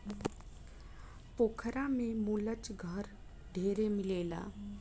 पोखरा में मुलच घर ढेरे मिलल बा